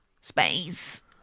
space